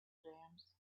jams